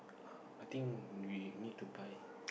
uh I need we need to buy